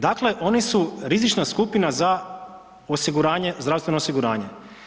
Dakle oni su rizična skupina za osiguranje, zdravstveno osiguranje.